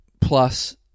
plus